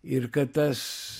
ir kad tas